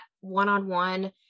one-on-one